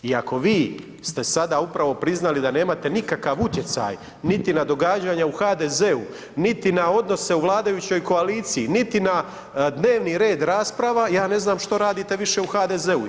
I ako vi ste sada upravo priznali da nemate nikakav utjecaj niti na događanja u HDZ-u niti na odnose u vladajućoj koaliciji, niti na dnevni red rasprava ja ne znam što radite više u HDZ-u.